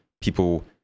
People